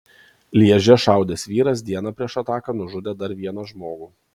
lježe šaudęs vyras dieną prieš ataką nužudė dar vieną žmogų